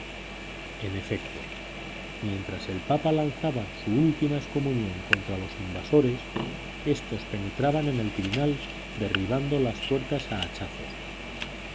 en efecto mientras el papa lanzaba su última excomunión contra los invasores éstos penetraban en el quirinal derribando las puertas a hachazos